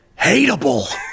hateable